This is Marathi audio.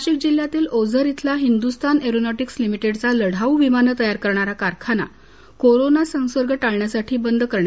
नाशिक जिल्ह्यातील ओझर इथला हिंदुस्थान एरोनॉटीक्स लिमीटेडचा लढावू विमाने तयार करणारा कारखाना कोरोना संसर्ग टाळण्यासाठी बंद करण्यात आला आहे